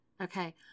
Okay